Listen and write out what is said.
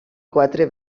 quatre